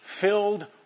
filled